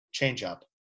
Changeup